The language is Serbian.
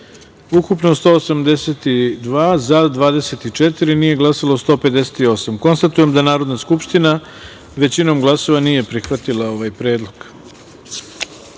ukupno – 182, za – 24, nije glasalo 158.Konstatujem da Narodna skupština, većinom glasova, nije prihvatila ovaj predlog. Narodni